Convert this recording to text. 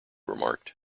remarked